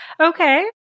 Okay